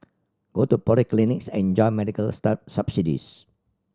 go to polyclinics and enjoy medical subsidies